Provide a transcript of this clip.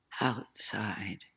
outside